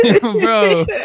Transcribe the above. Bro